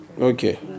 Okay